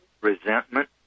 resentment